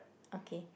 okay